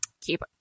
keep